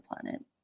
planet